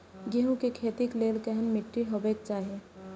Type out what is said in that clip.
गेहूं के खेतीक लेल केहन मीट्टी हेबाक चाही?